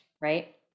right